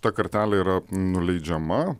ta kartelė yra nuleidžiama